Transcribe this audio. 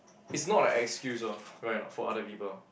it's not an excuse lor correct or not for other people